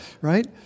right